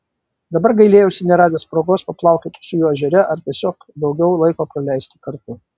dabar gailėjausi neradęs progos paplaukioti su juo ežere ar tiesiog daugiau laiko praleisti kartu